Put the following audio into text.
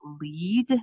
lead